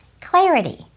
clarity